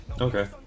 Okay